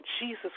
Jesus